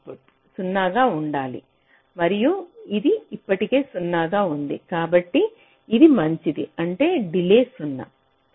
output 0 గా ఉండాలి మరియు ఇది ఇప్పటికే 0 గా ఉంది కాబట్టి ఇది మంచిది అంటే డిలే 0